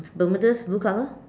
bermudas blue color